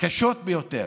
קשות ביותר,